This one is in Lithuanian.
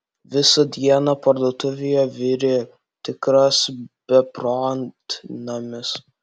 visą dieną parduotuvėje virė tikras beprotnamis